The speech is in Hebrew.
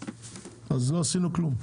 אז לא עשינו כלום.